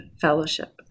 fellowship